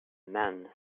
man